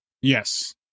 Yes